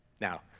Now